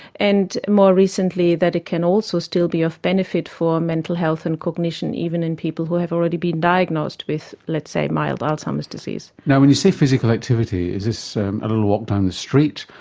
and more recently that it can also still be of benefit for mental health and cognition, even in people who have already been diagnosed with, let's say, mild alzheimer's disease. now, when you say physical activity, is this a little walk down the street,